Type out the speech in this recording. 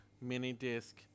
mini-disc